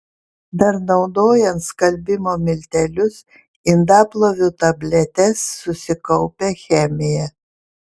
dar naudojant skalbimo miltelius indaplovių tabletes susikaupia chemija